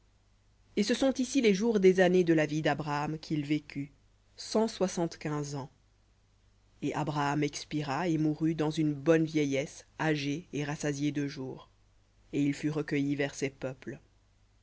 et ce sont ici les jours des années de la vie d'abraham qu'il vécut cent soixante-quinze ans et abraham expira et mourut dans une bonne vieillesse âgé et rassasié et il fut recueilli vers ses peuples